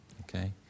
Okay